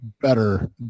better